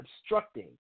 obstructing